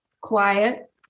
quiet